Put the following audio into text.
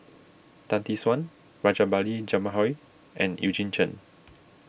Tan Tee Suan Rajabali Jumabhoy and Eugene Chen